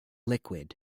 liquid